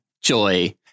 Joy